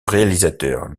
réalisateur